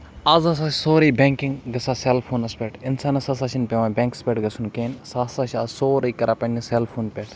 آز ہسا چھِ سورُے بینکِنگ گژھان سیل فونَس پٮ۪ٹھ اِنسانَس ہسا چھُنہٕ پیٚوان بینکَس پٮ۪ٹھ گژھُن کیٚنہہ سُہ ہسا چھُ آز سورُے کران پَنٕنہِ سیل فون پٮ۪ٹھ